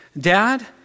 Dad